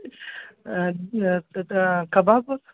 त कबाब